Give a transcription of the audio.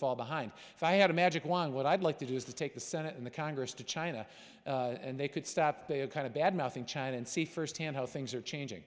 fall behind if i had a magic wand what i'd like to do is to take the senate and the congress to china and they could stop being a kind of bad mouth in china and see firsthand how things are changing